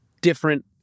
different